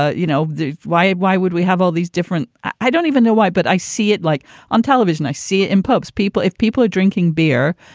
ah you know why? why would we have all these different? i don't even know why, but i see it like on television. i see it in pubs. people if people are drinking beer,